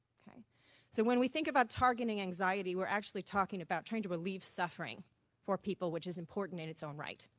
so when we think about targeting anxiety, we're actually talking about trying to relieve suffering for people which is important in its own rite.